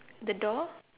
the door